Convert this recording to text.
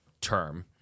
term